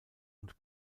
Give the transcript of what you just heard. und